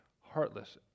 heartless